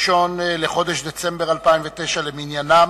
התש"ע, 1 לחודש דצמבר 2009 למניינם.